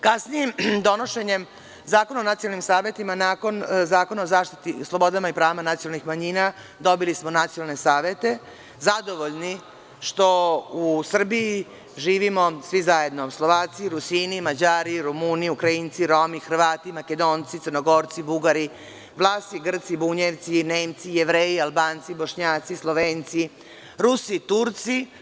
Kasnijim donošenjem Zakona o nacionalnim savetima, nakon Zakona o zaštiti sloboda i prava nacionalnih manjina, dobili smo nacionalne savete, zadovoljni što u Srbiji živimo svi zajedno, Slovaci, Rusini, Mađari, Rumuni, Ukrajinci, Romi, Hrvati, Makedonci, Crnogorci, Bugari, Vlasi, Grci, Bunjevci, Nemci, Jevreji, Albanci, Bošnjaci, Slovenci, Rusi, Turci.